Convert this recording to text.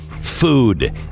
food